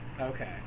Okay